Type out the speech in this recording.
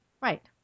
Right